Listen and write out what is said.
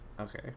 Okay